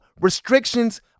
restrictions